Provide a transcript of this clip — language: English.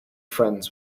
friends